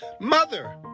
Mother